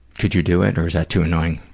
could you do it, or is that too annoying?